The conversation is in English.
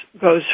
goes